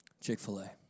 Chick-fil-A